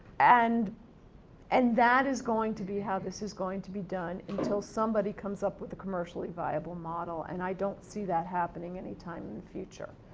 and and that is going to be how this is going to be done until somebody comes up with a commercially viable model. and, i don't see that happening anytime in the future.